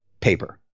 paper